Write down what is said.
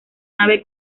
nave